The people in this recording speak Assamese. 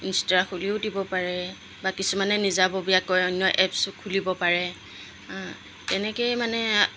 ইন্সটা খুলিও দিব পাৰে বা কিছুমানে নিজাববীয়াকৈ অন্য এপছো খুলিব পাৰে তেনেকেই মানে